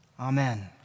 Amen